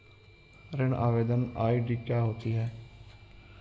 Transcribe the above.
ऋण आवेदन आई.डी क्या होती है?